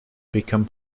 become